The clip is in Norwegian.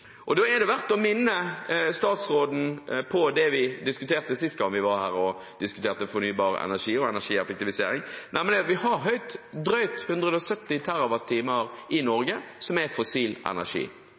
energieffektivisering. Da er det verdt å minne statsråden på det vi diskuterte sist gang vi var her og diskuterte fornybar energi og energieffektivisering, nemlig at vi har drøyt 170 TWh i Norge som er fossil energi. Hvorfor statsråden og